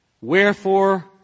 wherefore